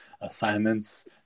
assignments